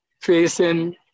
facing